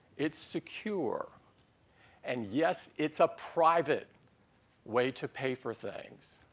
it's secure and yes, it's a private way to pay for things.